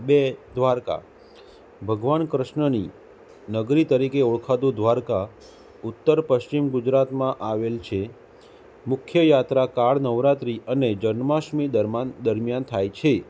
બે દ્વારકા ભગવાન કૃષ્ણની નગરી તરીકે ઓળખાતું દ્વારકા ઉત્તર પશ્ચિમ ગુજરાતમાં આવેલ છે મુખ્ય યાત્રાકાળ નવરાત્રિ અને જન્માષ્ટમી દરમિયાન થાય છે